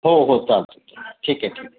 हो हो चालतं आहे ठीक आहे ठीक आहे